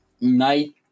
night